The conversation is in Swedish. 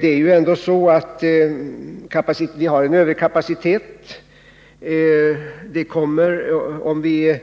Vi har ändå en överkapacitet på detta område.